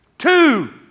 Two